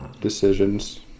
decisions